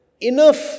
enough